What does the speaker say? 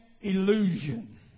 illusion